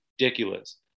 ridiculous